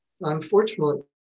unfortunately